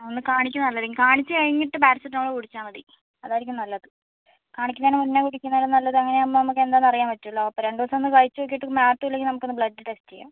ഒന്ന് കാണിക്കുന്ന നല്ലായിരിക്കും കാണിച്ച് കഴിഞ്ഞിട്ട് പാരസെറ്റമോള് കുടിച്ചാൽ മതി അതായിരിക്കും നല്ലത് കാണിക്കുന്നതിനു മുന്നെ കുടിക്കുന്നതിലും നല്ലത് അങ്ങനെയാകുമ്പോൾ നമക്കെന്താന്ന് അറിയാൻ പറ്റുവല്ലോ അപ്പോൾ രണ്ട് ദിവസം ഒന്ന് കഴിച്ച് നോക്കീട്ട് മാറ്റമില്ലെങ്കിൽ നമുക്ക് ഒന്ന് ബ്ലഡ്ഡ് ടെസ്റ്റ് ചെയ്യാം